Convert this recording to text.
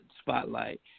spotlight